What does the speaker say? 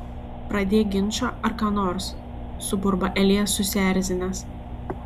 pradėk ginčą ar ką nors suburba elijas susierzinęs